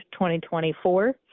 2024